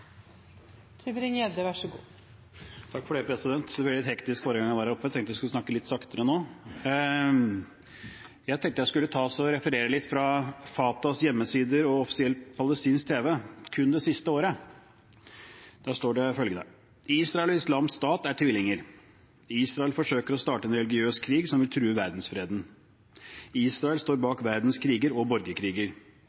Det ble litt hektisk forrige gang jeg var her oppe, så jeg tenkte jeg skulle snakke litt saktere nå. Jeg tenkte jeg skulle referere litt fra Fatahs hjemmesider og offisiell palestinsk tv, fra kun det siste året. Der står det følgende: Israel og Den islamske staten er tvillinger. Israel forsøker å starte en religiøs krig som vil true verdensfreden. Israel står bak verdens kriger og borgerkriger.